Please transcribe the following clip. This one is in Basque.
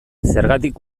zergatik